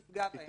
היא תפגע בהם.